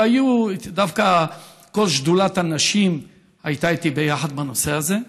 וכל שדולת הנשים הייתה איתי ביחד בנושא הזה.